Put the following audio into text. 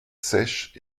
sèches